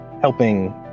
helping